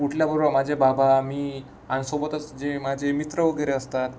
उठल्याबरोबर माझे बाबा मी अन सोबतच जे माझे मित्र वगैरे असतात